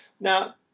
Now